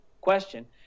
question